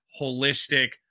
holistic